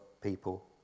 people